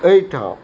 एहिठाम